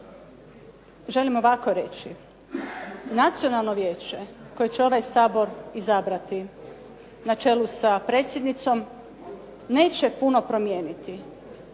želim ovako reći. Nacionalno vijeće koje će ovaj Sabor izabrati na čelu sa predsjednicom neće puno promijeniti